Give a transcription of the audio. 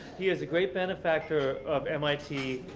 he is a great benefactor of mit,